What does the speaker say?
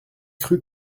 cru